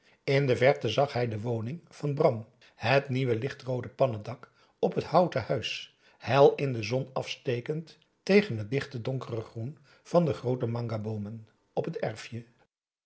in de verte zag hij de woning van bram het nieuwe lichtroode pannendak op het houten huis hel in de zon afstekend tegen het dichte donkere groen van groote mangaboomen op het erfje